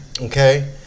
okay